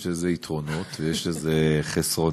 יש לזה יתרונות ויש לזה חסרונות.